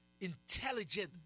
intelligent